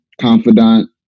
confidant